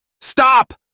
Stop